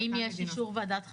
ואם יש אישור של ועדת החריגים?